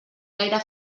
gaire